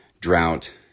drought